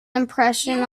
impression